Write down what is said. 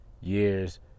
years